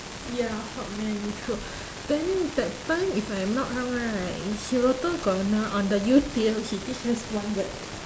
ya hot man true then that time if I am not wrong right he also got another on the youtube he teach us one word